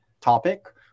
topic